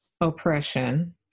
oppression